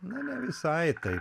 na ne visai taip